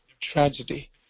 tragedy